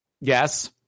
Yes